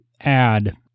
add